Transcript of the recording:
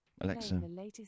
Alexa